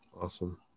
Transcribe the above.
Awesome